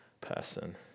person